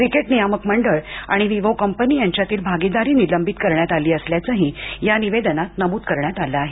cricket नियामक मंडळ आणि विवो कंपनी यांच्यातील भागीदारी निलंबित करण्यात आली असल्याचही या निवेदनात नमूद करण्यात आलं आहे